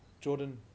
Jordan